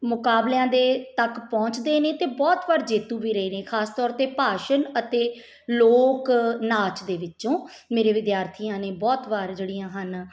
ਮੁਕਾਬਲਿਆਂ ਦੇ ਤੱਕ ਪਹੁੰਚਦੇ ਨੇ ਅਤੇ ਬਹੁਤ ਵਾਰ ਜੇਤੂ ਵੀ ਰਹੇ ਨੇ ਖਾਸ ਤੌਰ 'ਤੇ ਭਾਸ਼ਣ ਅਤੇ ਲੋਕ ਨਾਚ ਦੇ ਵਿੱਚੋਂ ਮੇਰੇ ਵਿਦਿਆਰਥੀਆਂ ਨੇ ਬਹੁਤ ਵਾਰ ਜਿਹੜੀਆਂ ਹਨ